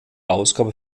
ausgabe